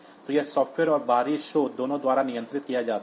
तो यह सॉफ्टवेयर और बाहरी स्रोत दोनों द्वारा नियंत्रित किया जाता है